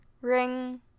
Ring